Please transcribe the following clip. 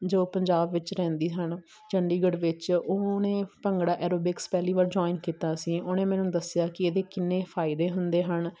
ਜੋ ਪੰਜਾਬ ਵਿੱਚ ਰਹਿੰਦੀ ਹਨ ਚੰਡੀਗੜ੍ਹ ਵਿੱਚ ਉਹਨੇ ਭੰਗੜਾ ਐਰੋਬਿਕਸ ਪਹਿਲੀ ਵਾਰ ਜੁਆਇਨ ਕੀਤਾ ਸੀ ਉਹਨੇ ਮੈਨੂੰ ਦੱਸਿਆ ਕਿ ਇਹਦੇ ਕਿੰਨੇ ਫਾਇਦੇ ਹੁੰਦੇ ਹਨ